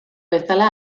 bezala